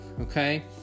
Okay